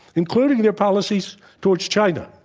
including their policies towards china.